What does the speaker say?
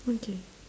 okay